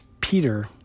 Peter